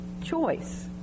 choice